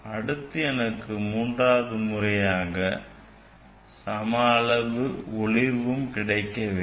அடுத்து எனக்கு மூன்றாவது முறையாக சம அளவு ஒளிர்வும் கிடைக்க வேண்டும்